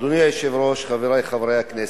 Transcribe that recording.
אדוני היושב-ראש, חברי חברי הכנסת,